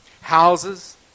houses